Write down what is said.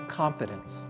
confidence